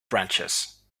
branches